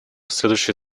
следующие